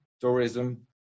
Tourism